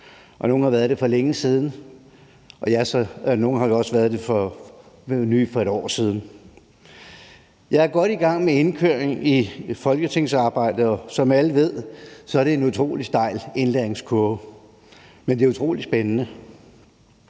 og nogle har været det for længe siden, og nogle var også nye for et år siden. Jeg er godt i gang med indkøringen i folketingsarbejdet, og som alle ved, er det en utrolig stejl indlæringskurve, men det er utrolig spændende.